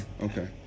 okay